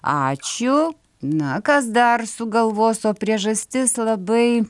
ačiū na kas dar sugalvos o priežastis labai